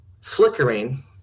flickering